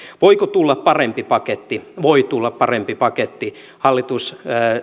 voiko tulla parempi paketti voi tulla parempi paketti hallitus